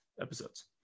episodes